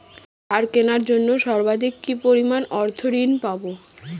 সার কেনার জন্য সর্বাধিক কি পরিমাণ অর্থ ঋণ পাব?